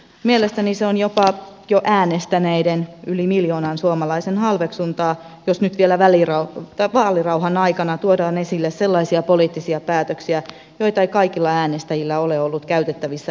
mielestäni se on jopa jo äänestäneiden yli miljoonan suomalaisen halveksuntaa jos nyt vielä vaalirauhan aikana tuodaan esille sellaisia poliittisia päätöksiä joita ei kaikilla äänestäjillä ole ollut käytettävissä äänestysratkaisuaan harkitessaan